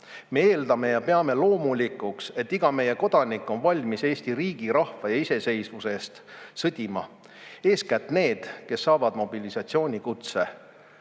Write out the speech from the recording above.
Me eeldame ja peame loomulikuks, et iga meie kodanik on valmis Eesti riigi, rahva ja iseseisvuse eest sõdima, eeskätt need, kes saavad mobilisatsioonikutse.